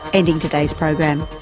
ending today's program.